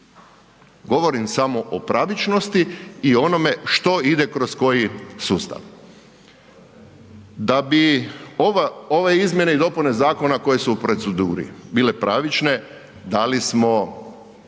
Govorim samo o pravičnosti i onome što ide kroz koji sustav. Da bi ove izmjene i dopune zakona koje su u proceduri bile pravične dali smo